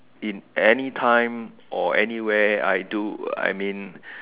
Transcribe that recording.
in any time or anywhere I do I mean